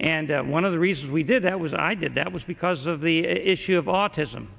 and one of the reasons we did that was i did that was because of the issue of autism